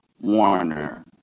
Warner